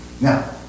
Now